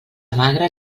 magre